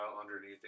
underneath